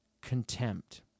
contempt